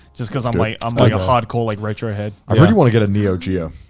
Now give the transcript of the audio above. just cause i'm like i'm like a hardcore, like retro head. i really wanna get a neo geo.